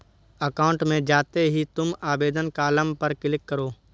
account में जाते ही तुम आवेदन कॉलम पर क्लिक करो